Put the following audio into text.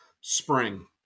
spring